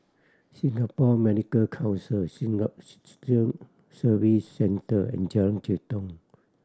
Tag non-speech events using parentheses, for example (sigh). Singapore Medical Council (unintelligible) Citizen Service Centre and Jalan Jitong